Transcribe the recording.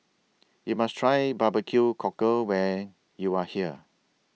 YOU must Try Barbecue Cockle when YOU Are here